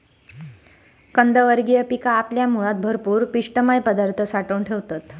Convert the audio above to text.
कंदवर्गीय पिका आपल्या मुळात भरपूर पिष्टमय पदार्थ साठवून ठेवतत